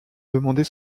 demander